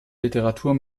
literatur